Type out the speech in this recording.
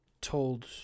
told